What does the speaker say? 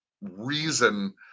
reason